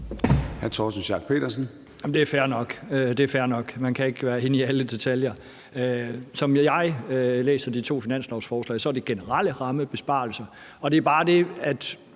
Det er fair nok. Man kan ikke være inde i alle detaljer. Som jeg læser de to finanslovsforslag, er det generelle rammebesparelser, det handler om, og